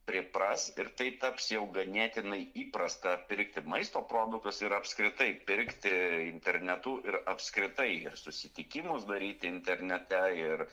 pripras ir tai taps jau ganėtinai įprasta pirkti maisto produktus ir apskritai pirkti internetu ir apskritai susitikimus daryti internete ir